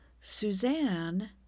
Suzanne